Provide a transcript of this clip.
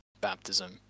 baptism